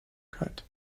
cut